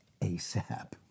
ASAP